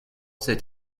cet